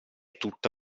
tutta